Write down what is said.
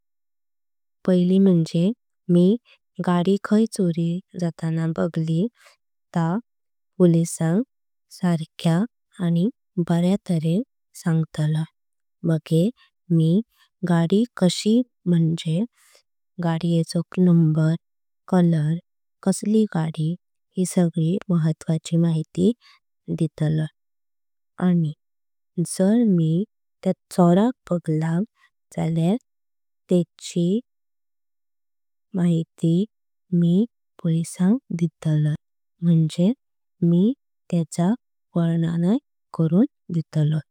पहिल्यां मंजे मी गाडी खाय चोरी जाता बगळी। ता पुलिस सांख सारख्या आणि बाऱ्या तरेन। सांगतलय मगेर मी गाडी कशी असली म्हंजेच। गाड्येचो नंबर, कलर, कसली गाडी ही सगळी। महत्वाची माहिती दिलतलय आणि जर मी त्या। चोराक बगळा झाल्या तेंचय वर्णन करून दिलतलय।